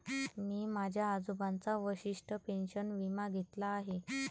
मी माझ्या आजोबांचा वशिष्ठ पेन्शन विमा घेतला आहे